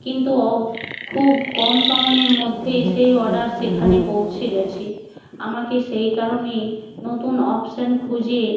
কিন্তু ও খুব কম সময়ের মধ্যেই সেই অডার সেখানে পৌঁছে গেছে আমাকে সেই কারণেই নতুন অপশান খুঁজে